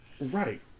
Right